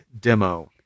demo